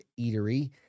eatery